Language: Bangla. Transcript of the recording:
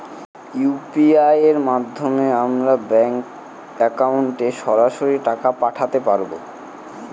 ইউ.পি.আই এর মাধ্যমে আমরা ব্যাঙ্ক একাউন্টে সরাসরি টাকা পাঠাতে পারবো?